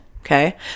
Okay